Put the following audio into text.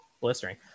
Blistering